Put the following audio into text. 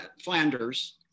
Flanders